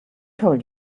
told